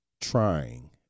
trying